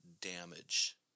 damage